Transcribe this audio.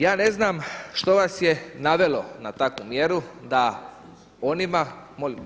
Ja ne znam što vas je navelo na takvu mjeru da onima [[Upadica: …ne sluša.]] Molim?